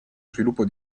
sviluppo